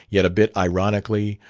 yet a bit ironically,